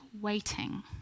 waiting